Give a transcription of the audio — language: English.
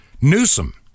Newsom